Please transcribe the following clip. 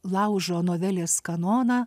laužo novelės kanoną